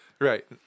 Right